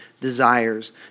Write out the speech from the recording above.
desires